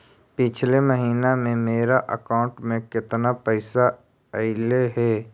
पिछले महिना में मेरा अकाउंट में केतना पैसा अइलेय हे?